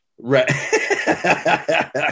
Right